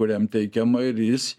kuriam teikiama ir jis